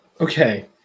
Okay